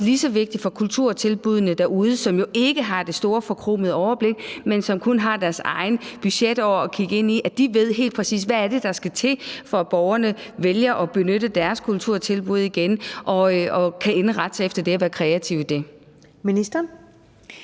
lige så vigtigt for kulturtilbuddene derude, som jo ikke har det store, forkromede overblik, men som kun har deres egne budgetår at kigge ind i, at de ved helt præcist, hvad det er, der skal til, for at borgerne vælger at benytte deres kulturtilbud igen, og kan indrette sig efter det og være kreative i forhold til